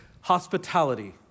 hospitality